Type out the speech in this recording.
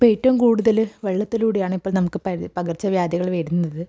ഇപ്പോൾ ഏറ്റവും കൂടുതൽ വെള്ളത്തിലൂടെയാണ് ഇപ്പോൾ നമുക്ക് പകർച്ചവ്യാധികൾ വരുന്നത്